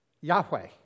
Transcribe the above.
Yahweh